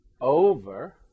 over